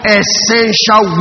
essential